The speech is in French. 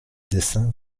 dessin